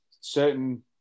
certain